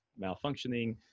malfunctioning